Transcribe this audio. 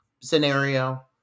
scenario